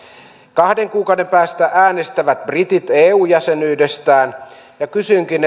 kahden kuukauden päästä äänestävät britit eu jäsenyydestään ja kysynkin